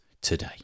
today